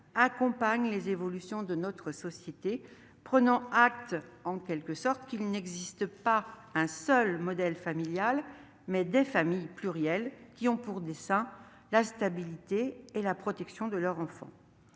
accompagne les évolutions de notre société, prenant acte, en quelque sorte, qu'il existe non pas un seul modèle familial, mais des familles plurielles, qui ont pour dessein la stabilité et la protection des enfants.